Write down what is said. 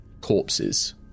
corpses